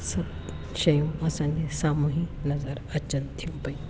सभु शयूं असांजे साम्हूं ही नज़र अचनि थियूं पयूं